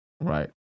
right